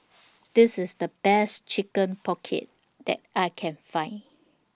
This IS The Best Chicken Pocket that I Can Find